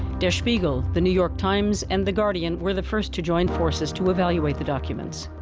der spiegel, the new york times and the guardian were the first to join forces to evaluate the documents.